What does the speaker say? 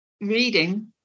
reading